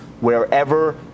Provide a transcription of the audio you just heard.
wherever